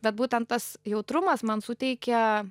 bet būtent tas jautrumas man suteikia